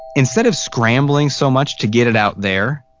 instead of scrambling so much to get it out there,